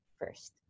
first